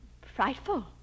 Frightful